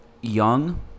young